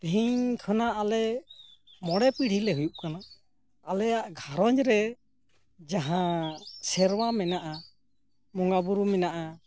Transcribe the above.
ᱛᱤᱦᱤᱧ ᱠᱷᱚᱱᱟᱜ ᱟᱞᱮ ᱢᱚᱬᱮ ᱯᱤᱲᱦᱤ ᱞᱮ ᱦᱩᱭᱤᱩᱜ ᱠᱟᱱᱟ ᱟᱞᱮᱭᱟᱜ ᱜᱷᱟᱨᱚᱸᱧᱡ ᱨᱮ ᱡᱟᱦᱟᱸ ᱥᱮᱨᱣᱟ ᱢᱮᱱᱟᱜᱼᱟ ᱵᱚᱸᱜᱟ ᱵᱩᱨᱩ ᱢᱮᱱᱟᱜᱼᱟ